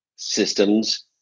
systems